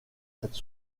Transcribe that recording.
cette